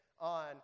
on